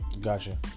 Gotcha